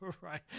Right